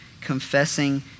confessing